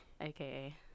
aka